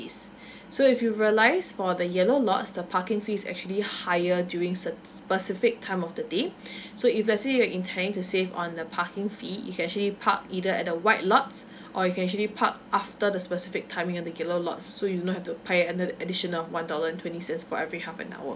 so if you realise for the yellow lots the parking fee is actually higher during cert~ specific time of the day so if let's say you're intending to save on the parking fee you can actually park either at the white lots or you can actually park after the specific timing at the yellow lot so you do not have to pay under the additional one dollar and twenty cents for every half an hour